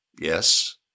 Yes